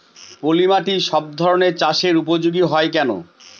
পলিমাটি সব ধরনের চাষের উপযোগী হয় কেন?